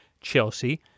Chelsea